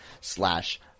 slash